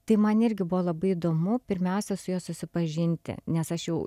tai man irgi buvo labai įdomu pirmiausia su ja susipažinti nes aš jau